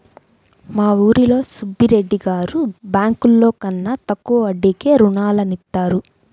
మా ఊరిలో సుబ్బిరెడ్డి గారు బ్యేంకుల కన్నా తక్కువ వడ్డీకే రుణాలనిత్తారు